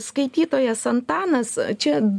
skaitytojas antanas čia